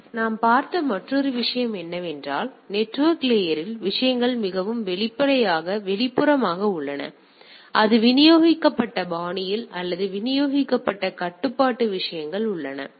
எனவே நாம் பார்த்த மற்றொரு விஷயம் என்னவென்றால் நெட்வொர்க் லேயரில் விஷயங்கள் மிகவும் வெளிப்புறமாக உள்ளன அல்லது விநியோகிக்கப்பட்ட பாணியில் அல்லது விநியோகிக்கப்பட்ட கட்டுப்பாட்டு விஷயங்கள் உள்ளன